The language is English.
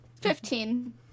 Fifteen